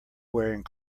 wearing